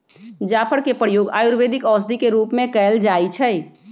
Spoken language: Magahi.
जाफर के प्रयोग आयुर्वेदिक औषधि के रूप में कएल जाइ छइ